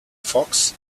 fox